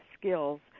skills